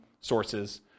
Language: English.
sources